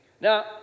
Now